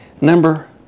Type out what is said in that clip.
Number